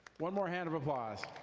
one more hand of applause.